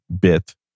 bit